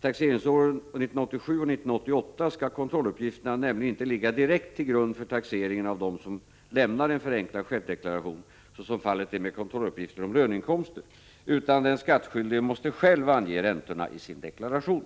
Taxeringsåren 1987 och 1988 skall kontrolluppgifterna nämligen inte ligga direkt till grund för taxeringen av den som lämnar en förenklad självdeklaration, så som fallet är med kontrolluppgifter om löneinkomster, utan den skattskyldige måste själv ange räntorna i sin deklaration.